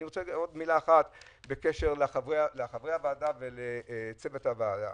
עוד מילה לגבי חברי הוועדה וצוות הוועדה.